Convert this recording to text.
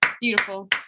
beautiful